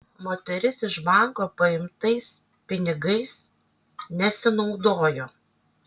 moteris iš banko paimtais pinigais nesinaudojo